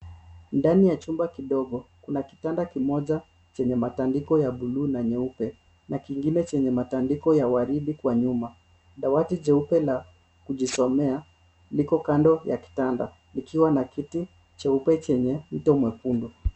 Ndani ya chumba kidogo, kuna kitanda kimoja chenye matandiko ya buluu na nyeupe na kingine chenye matandiko ya waridi kwa nyuma. Dawati jeupe la kujisomea, liko kando ya kitanda, likiwa na kiti cheupe chenye uga mwekundu.